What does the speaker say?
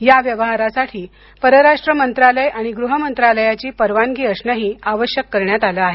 या व्यवहारासाठी परराष्ट्र मंत्रालय आणि गृह मंत्रालयाची परवानगी असणंही आवश्यक करण्यात आलं आहे